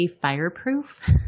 fireproof